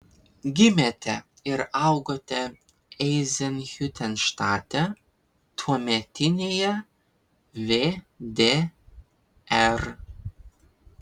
gimėte ir augote eizenhiutenštate tuometinėje vdr